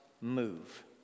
move